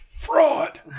fraud